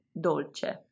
dolce